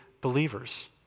believers